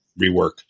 rework